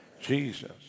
Jesus